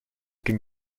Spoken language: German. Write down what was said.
ging